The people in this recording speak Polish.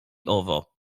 owo